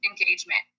engagement